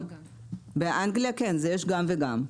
באנגליה יש גם וגם,